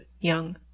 young